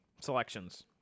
selections